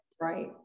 right